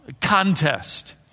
contest